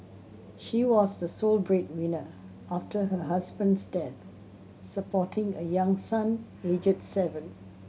she was the sole breadwinner after her husband's death supporting a young son aged seven